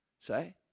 Say